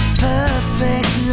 perfect